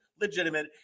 legitimate